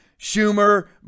Schumer